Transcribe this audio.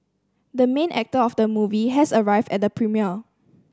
the main actor of the movie has arrived at the premiere